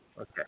Okay